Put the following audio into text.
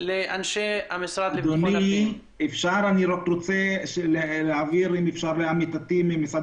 לאחרונה נוצר שיתוף פעולה עם גוגל